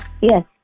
Yes